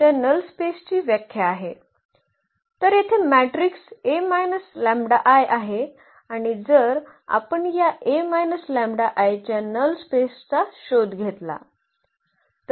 तर येथे मॅट्रिक्स आहे आणि जर आपण या च्या नल स्पेसचा शोध घेतला